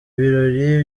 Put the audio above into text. birori